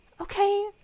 okay